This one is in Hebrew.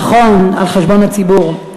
נכון, על-חשבון הציבור.